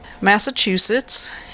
Massachusetts